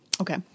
Okay